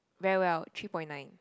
very well three point nine